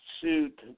suit